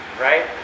right